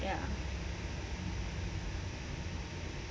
ya